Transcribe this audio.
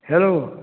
hello